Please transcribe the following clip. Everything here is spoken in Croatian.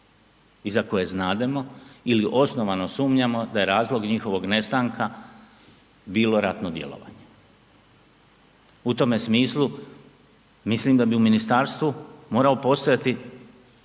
i za koje znademo ili osnovano sumnjamo da je razlog njihovog nestanka bilo ratno djelovanje. U tome smislu mislim da bi u ministarstvu morao postojati